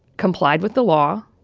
complied with the law.